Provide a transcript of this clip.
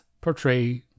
portray